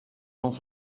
gens